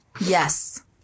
Yes